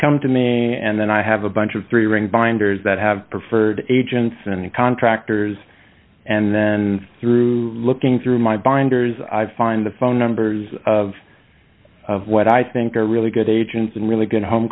come to me and then i have a bunch of three ring binders that have preferred agents and contractors and then through looking through my binders i find the phone numbers of what i think are really good agents and really good home